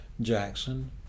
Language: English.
Jackson